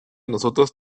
nosotros